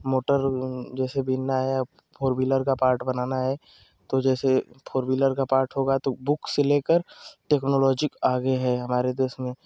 motor जैसे बिनना है फोर व्हीलर का पार्ट बनाना है तो जैसे फोर व्हीलर का पार्ट होगा तो बुक से लेकर टेकनोलोजी क आगे है हमारे देश में